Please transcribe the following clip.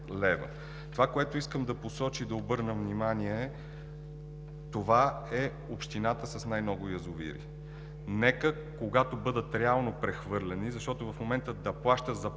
Това, което искам да посоча и да обърна внимание – това е общината с най-много язовири. Нека, когато бъдат реално прехвърлени, защото в момента да плащаш